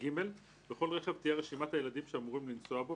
בכל רכב תהיה רשימת הילדים שאמורים לנסוע בו,